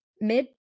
Mid